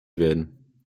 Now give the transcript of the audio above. werden